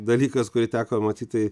dalykas kurį teko matyt tai